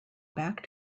back